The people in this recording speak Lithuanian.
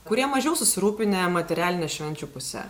kurie mažiau susirūpinę materialine švenčių puse